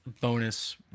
bonus